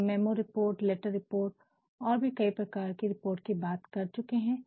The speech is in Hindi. हम मेमो रिपोर्ट लेटर रिपोर्ट और भी कई प्रकार की रिपोर्ट की बात कर चुके है